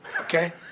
Okay